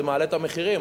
זה מעלה את המחירים.